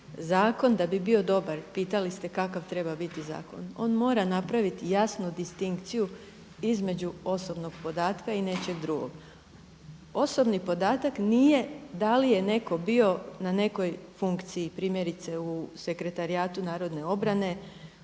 zakon da bi bio dobar pitali ste kakav treba biti zakon. On mora napraviti jasnu distinkciju između osobnog podatka i nečeg drugog. Osobni podatak nije da li je netko bio na nekoj funkciji primjerice u sekretarijatu narodne obrane,